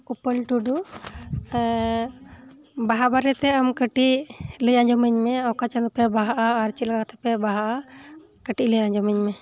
ᱩᱯᱟᱹᱞ ᱴᱩᱰᱩ ᱵᱟᱦᱟ ᱵᱟᱨᱮ ᱛᱮ ᱟᱢ ᱠᱟᱹᱴᱤᱡ ᱞᱟᱹᱭ ᱟᱧᱡᱚᱢᱟᱹᱧ ᱢᱮ ᱚᱠᱟ ᱪᱟᱸᱫᱚ ᱯᱮ ᱵᱟᱦᱟᱜᱼᱟ ᱟᱨ ᱪᱮᱫ ᱞᱮᱠᱟ ᱯᱮ ᱵᱟᱦᱟᱜᱼᱟ ᱠᱟᱹᱴᱤᱡ ᱞᱟᱹᱭ ᱟᱧᱡᱚᱢᱟᱹᱧ ᱢᱮ